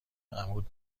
عمود